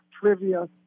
trivia